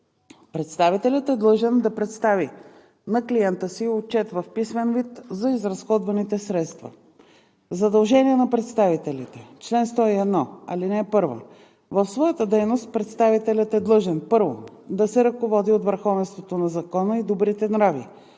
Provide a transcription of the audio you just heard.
Представителят е длъжен да представи на клиента си отчет в писмен вид за изразходваните средства. Задължения на представителите Чл. 101. (1) В своята дейност представителят е длъжен: 1. да се ръководи от върховенството на закона и добрите нрави;